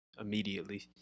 immediately